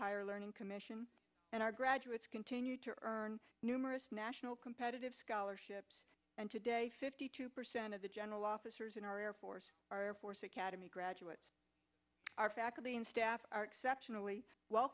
higher learning commission and our graduates continue to earn numerous national competitive scholarships and today fifty two percent of the general officers in our air force our air force academy graduates our faculty and staff are exceptionally well